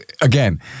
again